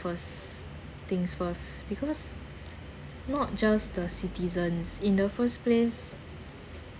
first things first because not just the citizens in the first place